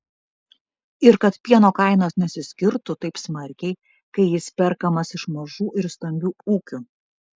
ir kad pieno kainos nesiskirtų taip smarkiai kai jis perkamas iš mažų ir stambių ūkių